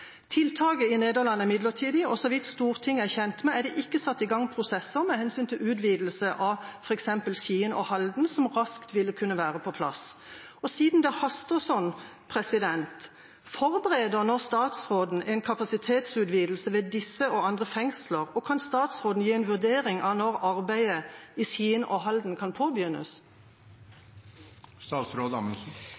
Tiltaket i Nederland er midlertidig, og så vidt Stortinget er kjent med, er det ikke satt i gang prosesser med hensyn til utvidelse av f.eks. Skien og Halden, som raskt ville kunne være på plass. Siden det haster sånn: Forbereder nå statsråden en kapasitetsutvidelse ved disse og andre fengsler, og kan statsråden gi en vurdering av når arbeidet i Skien og Halden kan påbegynnes?